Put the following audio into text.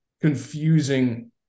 confusing